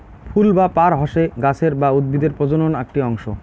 ফুল বা পার হসে গাছের বা উদ্ভিদের প্রজনন আকটি অংশ